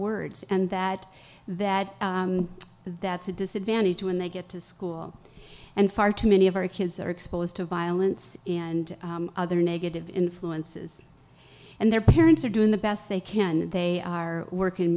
words and that that that's a disadvantage when they get to school and far too many of our kids are exposed to violence and other negative influences and their parents are doing the best they can they are working